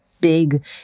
Big